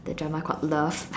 the drama called love